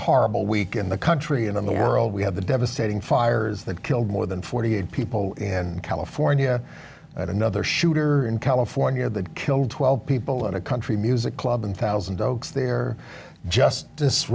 horrible week in the country and in the world we have the devastating fires that killed more than forty eight people in california and another shooter in california that killed twelve people in a country music club in thousand oaks there just this